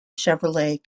chevrolet